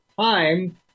time